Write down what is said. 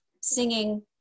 singing